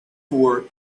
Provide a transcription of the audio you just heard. for